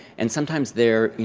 and sometimes, they're you